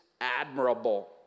admirable